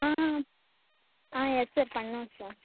ஆ ஆ ஆ yes sir பண்ணுறோம் சார்